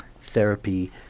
therapy